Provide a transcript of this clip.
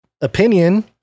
opinion